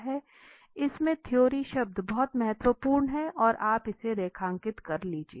इसमे थ्योरी शब्द बहुत महत्वपूर्ण है और आप इसे रेखांकित कर लीजिये